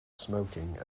smoking